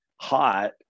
hot